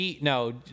No